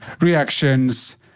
reactions